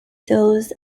those